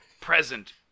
present